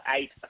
eight